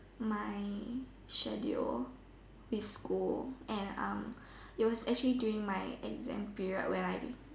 my schedule with school and um it was actually during my exam period when I